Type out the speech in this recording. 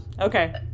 okay